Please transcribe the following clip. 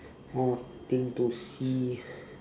more thing to see